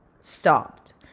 stopped